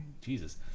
Jesus